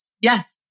Yes